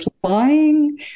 flying